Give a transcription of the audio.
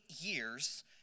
years